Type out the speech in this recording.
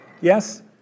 Yes